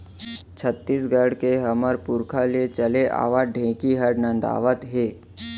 छत्तीसगढ़ के हमर पुरखा ले चले आवत ढेंकी हर नंदावत हे